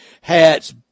hats